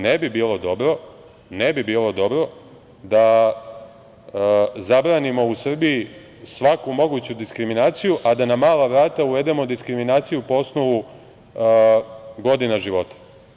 Ne bi bilo dobro da zabranimo u Srbiji svaku moguću diskriminaciju, a da na mala vrata uvedemo diskriminaciju po osnovu godina života.